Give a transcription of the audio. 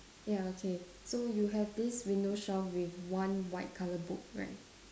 ya okay so you have this window shelf with one white colour book right